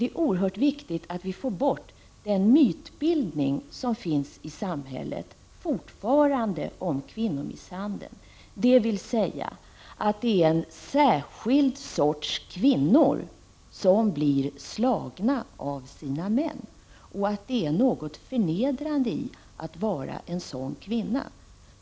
Det är oerhört viktigt att vi får bort den mytbildning som fortfarande finns i samhället om kvinnomisshandeln, nämligen att det är en särskild sorts kvinnor som blir slagna av sina män och att det är förnedrande att vara en sådan kvinna.